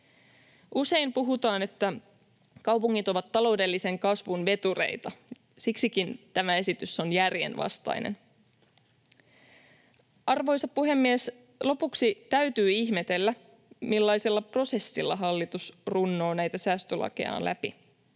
Usein puhutaan, että kaupungit ovat taloudellisen kasvun vetureita. Siksikin tämä esitys on järjenvastainen.” Arvoisa puhemies! Lopuksi täytyi ihmetellä, millaisella prosessilla hallitus runnoo näitä säästölakejaan läpi.